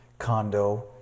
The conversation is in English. condo